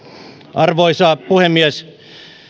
arvoisa puhemies